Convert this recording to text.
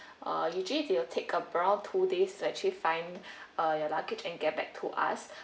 uh usually they'll take a around two days to actually find uh your luggage and get back to us